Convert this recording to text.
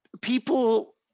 people